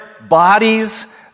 bodies